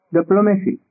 Diplomacy